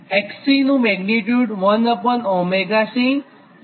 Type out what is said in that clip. XC જેનું magnitude 1𝜔C છે